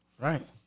Right